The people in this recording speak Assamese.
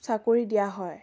চাকৰি দিয়া হয়